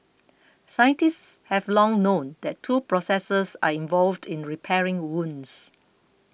scientists have long known that two processes are involved in repairing wounds